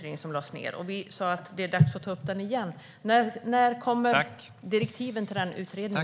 Vi sa att det är dags att ta upp den igen. När kommer direktiven till denna utredning?